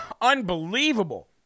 Unbelievable